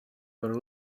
were